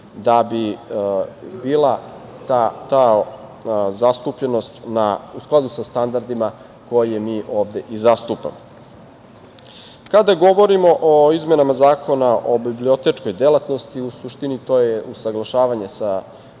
da bi bila ta zastupljenost u skladu sa standardima koje mi ovde i zastupamo. Kada govorimo o izmenama Zakona o bibliotečkoj delatnosti, u suštini, to je usaglašavanje sa